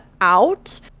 out